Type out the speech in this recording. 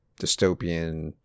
dystopian